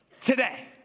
today